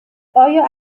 آیا